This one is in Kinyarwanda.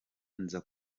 nza